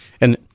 And-